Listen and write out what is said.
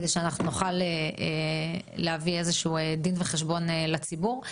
כדי שאנחנו נוכל להביא איזשהו דין וחשבון לציבור.